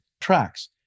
tracks